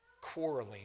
quarreling